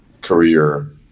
career